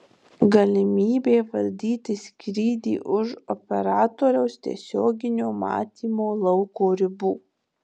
galimybė valdyti skrydį už operatoriaus tiesioginio matymo lauko ribų